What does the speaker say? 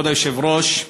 כבוד היושב-ראש,